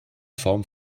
form